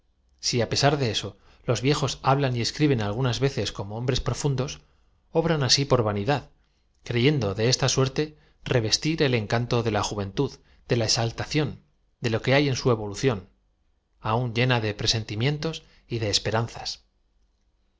si á pesar de eso los viejos hablan escriben algunas veces como hombres profundos obran asi por vanidad creyendo de esta suerte revestir el encanto de la juventud de la exal tación de lo que ha en su evolución aun llena de presentimientos de esperanzas